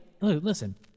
listen